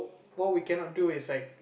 what we cannot do is like